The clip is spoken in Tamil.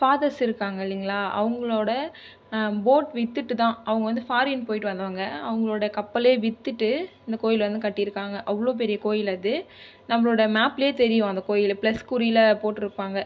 ஃபாதர்ஸ் இருக்காங்கள் இல்லைங்களா அவங்களோடய போர்ட் விற்றுட்டு தான் அவங்க வந்து ஃபாரின் போயிட்டு வந்தவங்க அவங்களோடய கப்பலே விற்றுட்டு அந்த கோவில் வந்து கட்டியிருக்காங்க அவ்வளோ பெரிய கோவில் அது நம்மளோடய மேப்லையே தெரியும் அந்த கோவில் பிளஸ் கூரியில் போட்டுருப்பாங்கள்